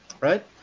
Right